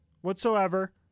whatsoever